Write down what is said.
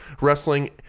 wrestling